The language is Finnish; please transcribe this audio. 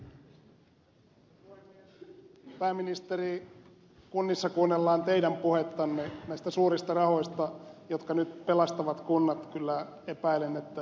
pääministeri kunnissa kuunnellaan teidän puhettanne näistä suurista rahoista jotka nyt pelastavat kunnat kyllä epäilen hieman ihmetellen